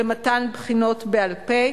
במתן בחינות בעל-פה,